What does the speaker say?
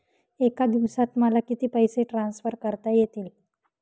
एका दिवसात मला किती पैसे ट्रान्सफर करता येतील?